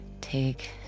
Take